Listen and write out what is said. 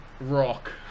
Rock